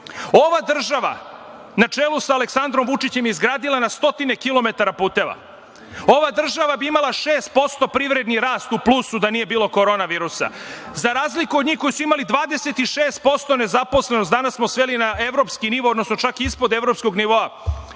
Ova država na čelu sa Aleksandrom Vučićem izgradila je na stotine kilometara puteva. Ova država bi ima 6% privredni rast u plusu da nije bilo koronavirusa. Za razliku od njih koji su imali 26% nezaposlenost, danas smo sveli na evropski nivo, odnosno čak i ispod evropskog nivoa